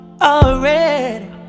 Already